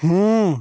ᱦᱮᱸ